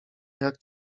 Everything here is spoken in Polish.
jak